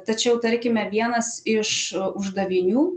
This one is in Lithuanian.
tačiau tarkime vienas iš uždavinių